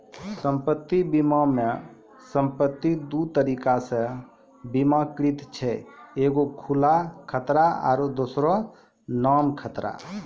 सम्पति बीमा मे सम्पति दु तरिका से बीमाकृत छै एगो खुला खतरा आरु दोसरो नाम खतरा